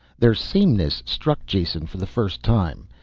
their sameness struck jason for the first time.